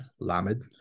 Lamed